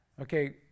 Okay